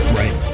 right